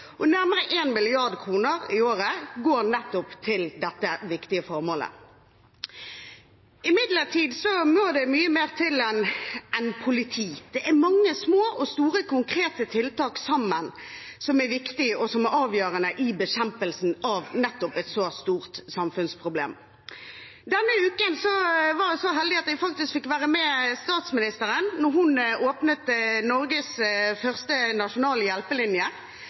og nærmere 1 mrd. kr i året går til nettopp dette viktige formålet. Det må imidlertid mer enn politi til. Det er mange små og store konkrete tiltak som til sammen er viktige og avgjørende i bekjempelsen av et så stort samfunnsproblem. Denne uken var jeg så heldig at jeg fikk være med statsministeren da hun åpnet Norges første nasjonale hjelpelinje